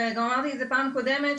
וגם אמרתי את זה בפעם הקודמת,